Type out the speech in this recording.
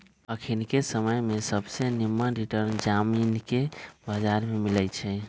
अखनिके समय में सबसे निम्मन रिटर्न जामिनके बजार में मिलइ छै